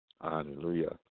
Hallelujah